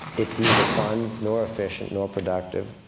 it's neither fun nor efficient nor productive.